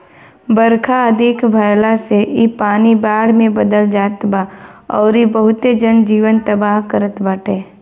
बरखा अधिका भयला से इ पानी बाढ़ में बदल जात बा अउरी बहुते जन जीवन तबाह करत बाटे